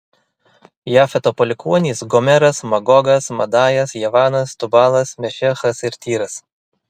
jafeto palikuonys gomeras magogas madajas javanas tubalas mešechas ir tyras